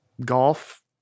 Golf